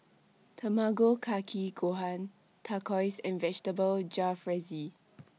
Tamago Kake Gohan Tacos and Vegetable Jalfrezi